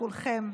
לכולכם: